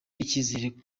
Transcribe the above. icyizere